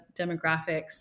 demographics